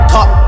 Top